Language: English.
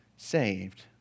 Saved